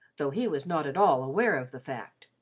though he was not at all aware of the fact,